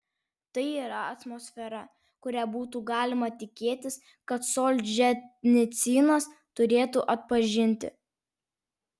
tai yra atmosfera kurią būtų galima tikėtis kad solženicynas turėtų atpažinti